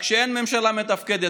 רק שאין ממשלה מתפקדת.